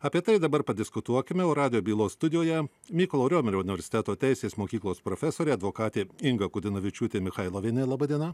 apie tai dabar padiskutuokime o radijo bylos studijoje mykolo riomerio universiteto teisės mokyklos profesorė advokatė inga kudinavičiūtė michailovienė laba diena